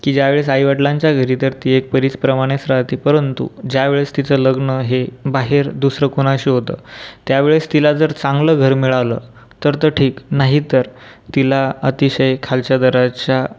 की ज्यावेळेस आई वडिलांच्या घरी तर ती एक परी प्रमाणेच राहते परंतु ज्यावेळेस तिचं लग्न हे बाहेर दुसरं कुणाशी होतं त्यावेळेस तिला जर चांगलं घर मिळालं तर त ठिक नाहीतर तिला अतिशय खालच्या दराच्या